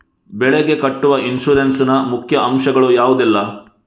ಬೆಳೆಗೆ ಕಟ್ಟುವ ಇನ್ಸೂರೆನ್ಸ್ ನ ಮುಖ್ಯ ಅಂಶ ಗಳು ಯಾವುದೆಲ್ಲ?